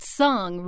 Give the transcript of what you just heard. song